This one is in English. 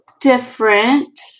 different